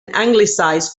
anglicised